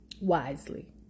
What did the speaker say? wisely